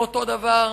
אותו הדבר,